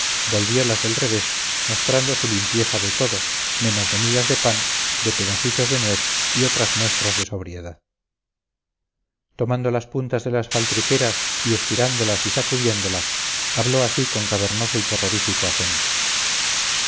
del calzón volviolas del revés mostrando su limpieza de todo menos de migas de pan de pedacitos de nuez y otras muestras de sobriedad tomando las puntas de las faltriqueras y estirándolas y sacudiéndolas habló así con cavernoso y terrorífico acento